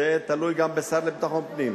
זה תלוי גם בשר לביטחון פנים.